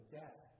death